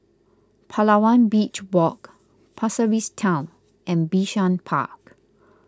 Palawan Beach Walk Pasir Ris Town and Bishan Park